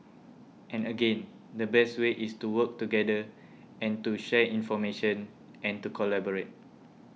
and again the best way is to work together and to share information and to collaborate